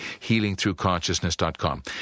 HealingThroughConsciousness.com